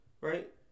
right